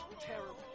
terrible